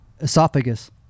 esophagus